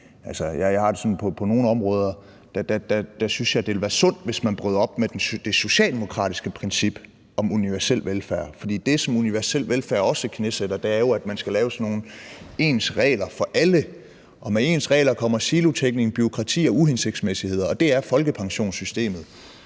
Jeg har det sådan, at på nogle områder synes jeg, det ville være sundt, hvis man brød op med det socialdemokratiske princip om universel velfærd, for det, som universel velfærd også knæsætter, er jo, at man skal lave sådan nogle ens regler for alle, og med ens regler kommer silotænkning, bureaukrati og uhensigtsmæssigheder, og det er folkepensionssystemet